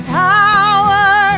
power